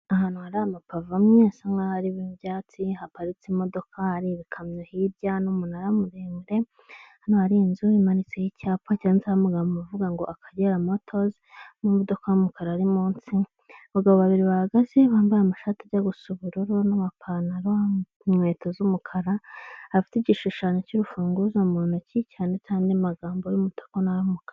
Ahantu hari amapave amwe asa nkari mu ibyatsi haparitse imodoka hari ibikamyo hirya n'umunara muremure ,hano hari inzu imanitseho icyapa cyanditseho amagambo avuga akagera motozi ama modoka y'umukara ari munsi, abagabo babiri bahagaze bambaye amashati ajya gusa ubururu n'amapantaro ,inkweto z'umukara afite igishushanyo cy'urufunguzo mu ntoki cyanditseho andi magambo y'umutuku nay'umukara.